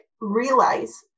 realize